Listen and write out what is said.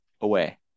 away